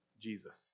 Jesus